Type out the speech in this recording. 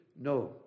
No